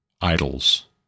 idols